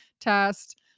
test